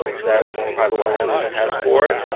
that private well owners test for it,